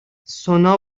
سونا